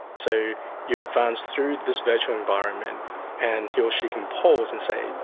so you advance through this virtual environment and he or she can pause and say,